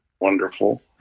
wonderful